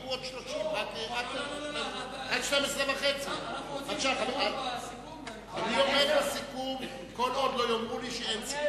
שיהיו עוד 30 עד 12:30. אני עומד בסיכום כל עוד לא יאמרו לי שאין סיכום.